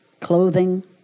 clothing